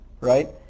right